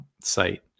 site